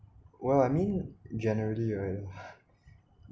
well I mean generally right